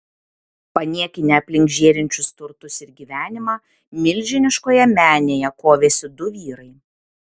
paniekinę aplink žėrinčius turtus ir gyvenimą milžiniškoje menėje kovėsi du vyrai